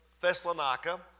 Thessalonica